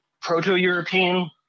proto-European